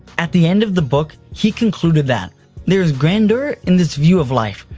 at the end of the book he concluded that there is grandeur in this view of life,